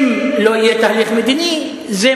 אני צריך להתנדב ולהוריד את הראש?